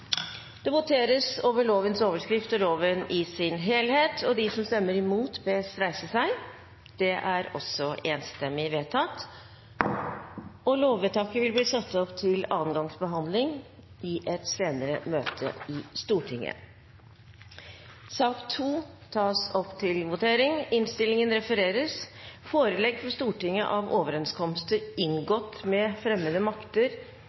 Det voteres over lovens overskrift og loven i sin helhet. Presidenten antar at Arbeiderpartiet, Senterpartiet, Sosialistisk Venstreparti og Miljøpartiet De Grønne vil stemme imot? – Det nikkes. Lovvedtaket vil bli satt opp til andre gangs behandling i et senere møte i Stortinget. I sak